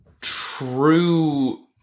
true